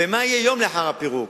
ומה יהיה יום לאחר הפירוק.